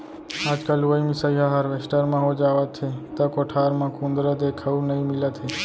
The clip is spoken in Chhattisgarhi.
आजकल लुवई मिसाई ह हारवेस्टर म हो जावथे त कोठार म कुंदरा देखउ नइ मिलत हे